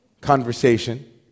conversation